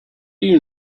you